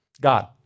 God